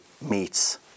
meets